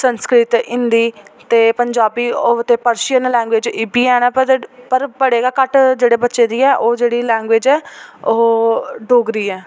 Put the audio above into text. संस्कृत हिंदी ते पंजाबी ओह् ते पर्शियन लैंग्वेज च एह्बी हैन पर बड़े गै घट्ट जेह्ड़े बच्चे दी गै ओह् जेह्ड़ी लैंग्वेज़ ऐ ओह् डोगरी ऐ